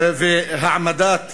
והעמדת